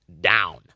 down